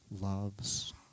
loves